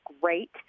great